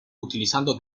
utilizando